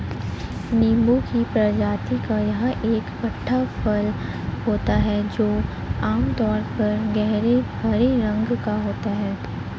नींबू की प्रजाति का यह एक खट्टा फल होता है जो आमतौर पर गहरे हरे रंग का होता है